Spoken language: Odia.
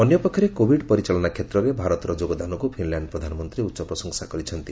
ଅନ୍ୟପକ୍ଷରେ କୋଭିଡ ପରିଚାଳନା କ୍ଷେତ୍ରରେ ଭାରତର ଯୋଗଦାନକୁ ଫିନଲ୍ୟାଣ୍ଡ ପ୍ରଧାନମନ୍ତ୍ରୀ ଉଚ୍ଚପ୍ରଶଂସା କରିଛନ୍ତି